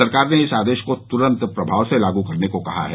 सरकार ने इस आदेश को तुरंत प्रभाव से लागू करने को कहा है